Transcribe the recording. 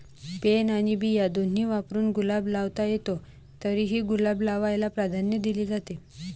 pen आणि बिया दोन्ही वापरून गुलाब लावता येतो, घरीही गुलाब लावायला प्राधान्य दिले जाते